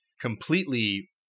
completely